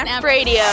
radio